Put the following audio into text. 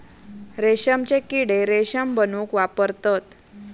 रेशमचे किडे रेशम बनवूक वापरतत